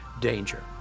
danger